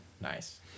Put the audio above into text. Nice